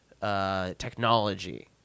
technology